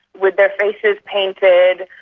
with their faces painted,